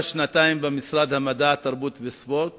במשרד המדע, התרבות והספורט